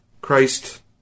Christ